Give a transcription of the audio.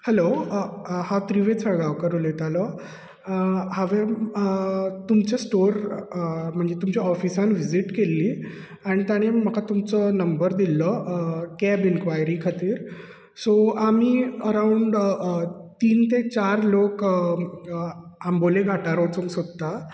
hello हांव त्रिवेद साळगांवकार उलयतालो हांवें तुमचे स्टोर म्हणजे तुमच्या ऑफिसान व्हिजीट केल्ली आनी ताणें म्हाका तुमचो नंबर दिल्लो कॅब इंक्वायरी खातीर सो आमी अरावंड तीन ते चार लोक आंबोली घाटार वचूंक सोदता